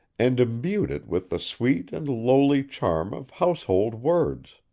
and imbued it with the sweet and lowly charm of household words.